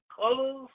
colors